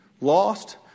Lost